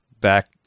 back